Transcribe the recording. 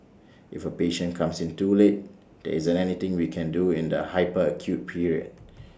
if A patient comes in too late there isn't anything we can do in the hyper acute period